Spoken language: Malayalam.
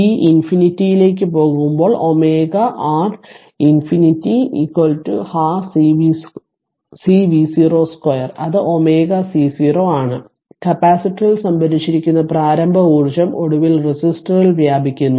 t ഇൻഫിനിറ്റിയിലേക്ക് പോകുമ്പോൾ omega r infinity ½ C v0 2 അത് ഒമേഗ C 0 ആണ് കപ്പാസിറ്ററിൽ സംഭരിച്ചിരിക്കുന്ന പ്രാരംഭ ഊർജ്ജം ഒടുവിൽ റെസിസ്റ്ററിൽ വ്യാപിക്കുന്നു